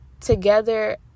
Together